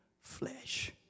flesh